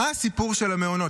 מה הסיפור של המעונות?